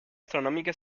astronómica